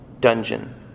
Dungeon